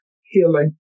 healing